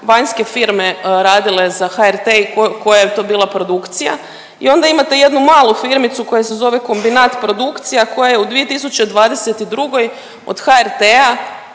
vanjske firme radile za HRT i koja je to bila produkcija i onda imate jednu malu firmicu koja se zove Kombinat produkcija koja je u 2022. od HRT-a